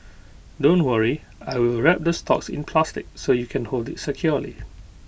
don't worry I will wrap the stalks in plastic so you can hold IT securely